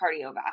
cardiovascular